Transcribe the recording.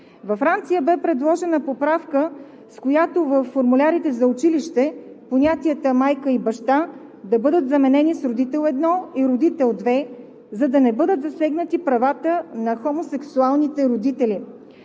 Във Франция бе предложена поправка, с която във формулярите за училище понятията „майка“ и „баща“ да бъдат заменени с „родител едно“ и „родител две“, за да не бъдат засегнати правата на хомосексуалните родители.